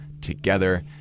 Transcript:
together